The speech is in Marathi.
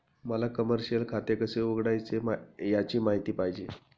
मला कमर्शिअल खाते कसे उघडायचे याची माहिती पाहिजे